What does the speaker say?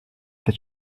that